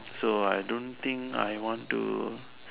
so I don't think I want to